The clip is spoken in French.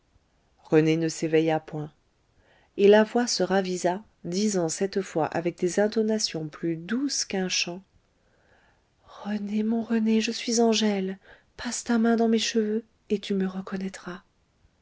rené ne s'éveilla point et la voix se ravisa disant cette fois avec des intonations plus douces qu'un chant rené mon rené je suis angèle passe ta main dans mes cheveux et tu me reconnaîtras